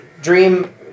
Dream